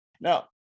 Now